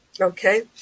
Okay